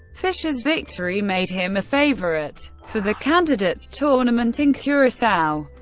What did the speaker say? fischer's victory made him a favorite for the candidates tournament in curacao.